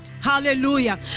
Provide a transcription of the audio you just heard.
Hallelujah